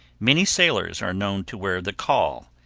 many sailors are known to wear the caul,